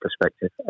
perspective